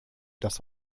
das